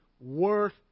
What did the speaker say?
worth